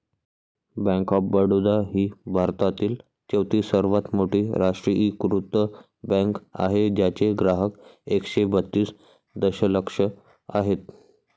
bank of Baroda ही भारतातील चौथी सर्वात मोठी राष्ट्रीयीकृत बँक आहे ज्याचे ग्राहक एकशे बत्तीस दशलक्ष आहेत